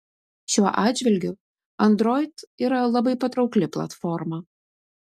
šiuo atžvilgiu android yra labai patraukli platforma